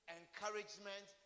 encouragement